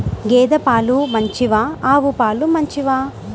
గేద పాలు మంచివా ఆవు పాలు మంచివా?